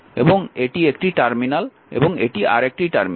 এবং এটি একটি টার্মিনাল এবং এটি আরেকটি টার্মিনাল